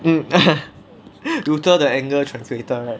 mm luther the anger translator